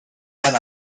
then